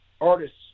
artists